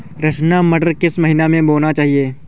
रचना मटर किस महीना में बोना चाहिए?